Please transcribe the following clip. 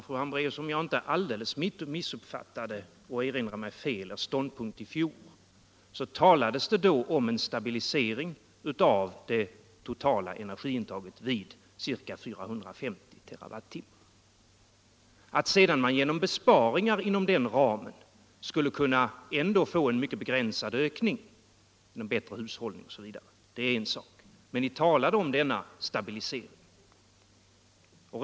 Herr talman! Om jag inte alldeles missuppfattat er ståndpunkt i fjol ville ni då ha en stabilisering av det totala energiintaget vid ca 450 TWh. Att man sedan genom besparingar inom den ramen ändå skulle kunna få en mycket begränsad ökning genom bättre hushållning osv. är en sak, men ni talade om den stabiliseringen.